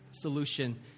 solution